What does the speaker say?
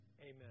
Amen